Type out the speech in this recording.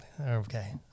okay